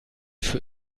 für